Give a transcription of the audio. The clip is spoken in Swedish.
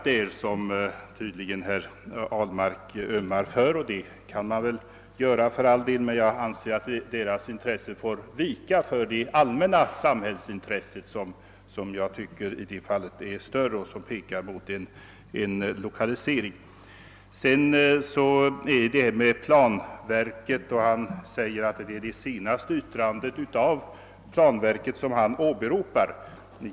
Herr Ahlmark ömmar tydligen för dem, och det kan han för all del göra, men jag anser att deras intresse bör få vika för det allmänna samhällsintresset, som talar för en lokalisering hit. Herr Ahlmark säger att det är det senaste yttrandet av planverket som han åberopar.